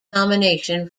nomination